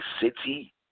City